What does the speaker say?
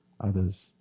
others